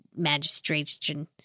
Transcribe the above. magistration